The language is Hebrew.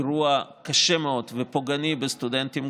אירוע קשה מאוד שפוגע בסטודנטים,